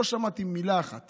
לא שמעתי מילה אחת